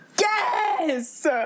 Yes